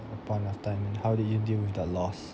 at that point of time and how did you deal with that loss